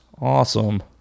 Awesome